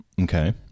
Okay